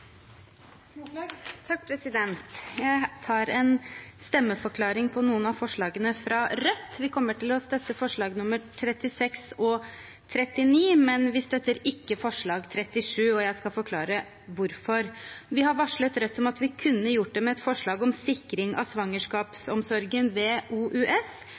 Jeg tar en stemmeforklaring på noen av forslagene fra Rødt. Vi kommer til å støtte forslagene nr. 36 og 39, men vi støtter ikke forslag nr. 37 – og jeg skal forklare hvorfor. Vi har varslet Rødt om at vi kunne støttet et forslag om sikring av svangerskapsomsorgen ved OUS,